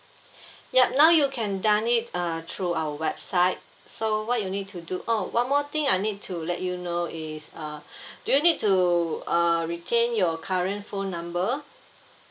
yup now you can done it uh through our website so what you need to do oh one more thing I need to let you know is uh do you need to uh retain your current phone number